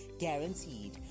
guaranteed